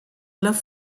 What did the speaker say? love